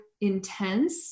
intense